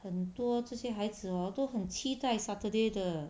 很多这些孩子 hor 都很期待 saturday 的